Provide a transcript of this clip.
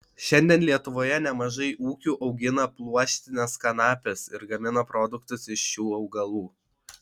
šiandien lietuvoje nemažai ūkių augina pluoštines kanapes ir gamina produktus iš šių augalų